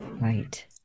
Right